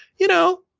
you know,